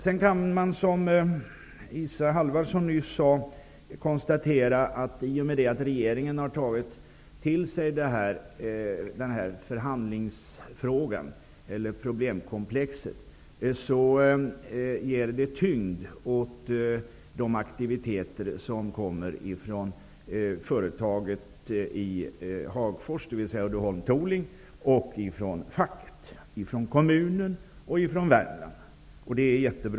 Man kan, som Isa Halvarsson nyss gjorde, konstatera att i och med att regeringen har tagit till sig den här förhandlingsfrågan eller det här problemkomplexet ger det tyngd åt de aktiviteter som kommer ifrån företaget i Hagfors, dvs. Uddeholm Tooling, samt ifrån facket, ifrån kommunen och ifrån Värmland.